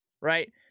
right